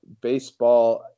Baseball –